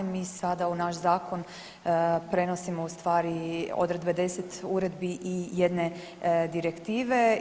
Mi sada u naš zakon prenosimo u stvari odredbe deset uredbi i jedne direktive.